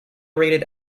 rated